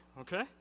Okay